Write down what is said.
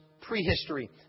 prehistory